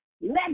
let